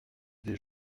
des